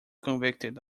convicted